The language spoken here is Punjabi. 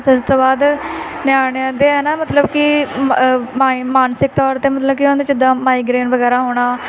ਉਸ ਤੋਂ ਬਾਅਦ ਨਿਆਣਿਆਂ 'ਤੇ ਹਨਾ ਮਤਲਬ ਕਿ ਮਾਇ ਮਾਨਸਿਕ ਤੌਰ ਅਤੇ ਮਤਲਬ ਕਿ ਉਹਦੇ 'ਚ ਦ ਮਾਈਗਰੇਨ ਵਗੈਰਾ ਹੋਣਾ